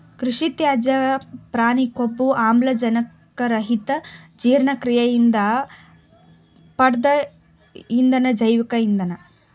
ಕೃಷಿತ್ಯಾಜ್ಯ ಪ್ರಾಣಿಕೊಬ್ಬು ಆಮ್ಲಜನಕರಹಿತಜೀರ್ಣಕ್ರಿಯೆಯಿಂದ ಪಡ್ದ ಇಂಧನ ಜೈವಿಕ ಇಂಧನ